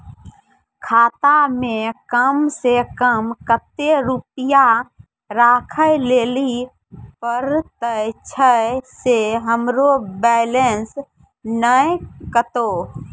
खाता मे कम सें कम कत्ते रुपैया राखै लेली परतै, छै सें हमरो बैलेंस नैन कतो?